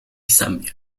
zambia